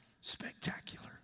Spectacular